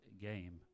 game